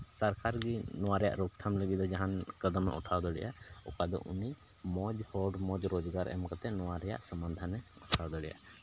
ᱥᱚᱨᱠᱟᱨ ᱜᱮ ᱱᱚᱣᱟ ᱨᱮᱭᱟᱜ ᱨᱳᱠ ᱛᱷᱟᱢ ᱞᱟᱹᱜᱤᱫ ᱫᱚ ᱡᱟᱦᱟᱱ ᱠᱚᱫᱚᱢᱮ ᱩᱴᱷᱟᱹᱣ ᱫᱟᱲᱮᱭᱟᱜᱼᱟ ᱚᱠᱟ ᱫᱚ ᱩᱱᱤ ᱢᱚᱡᱽ ᱦᱚᱲ ᱢᱚᱡᱽ ᱨᱳᱡᱽᱜᱟᱨ ᱮᱢ ᱠᱟᱛᱮᱫ ᱱᱚᱣᱟ ᱨᱮᱭᱟᱜ ᱥᱚᱢᱟᱫᱷᱟᱱ ᱮ ᱦᱟᱛᱟᱣ ᱫᱟᱲᱮᱭᱟᱜᱼᱟ